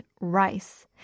rice